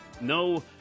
no